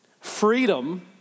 Freedom